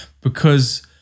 because-